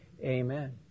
amen